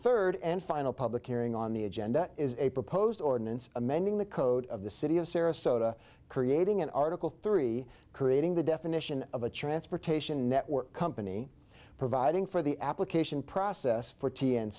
third and final public hearing on the agenda is a proposed ordinance amending the code of the city of sarasota creating an article three creating the definition of a transportation network company providing for the application process for t n